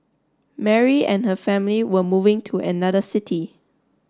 Mary and her family were moving to another city